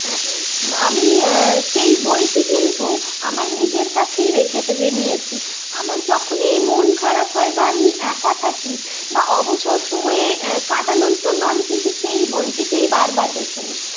আমি সেই বইটি কিন্তু আমার নিজের কাছেই রেখে ফে নিয়েছি আমার যখনই মন খারাপ হয় বা আমি একা থাকি বা অবসর সময়ে কাটানোর জন্য আমি কিন্তু সেই বইটিকেই বারবার বেছে নিই